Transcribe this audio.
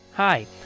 Hi